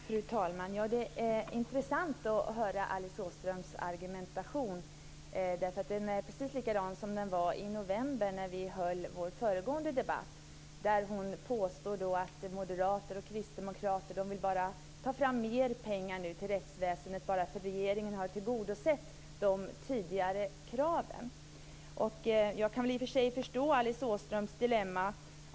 Fru talman! Det är intressant att höra Alice Åströms argumentation. Den är precis likadan som den var i november när vi höll vår föregående debatt. Hon påstod då att moderater och kristdemokrater vill ta fram mer pengar till rättsväsendet bara därför att regeringen har tillgodosett de tidigare kraven. Jag kan väl i och för sig förstå Alice Åströms dilemma.